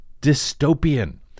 dystopian